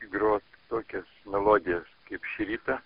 grot tokias melodijas kaip šį rytą